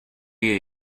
you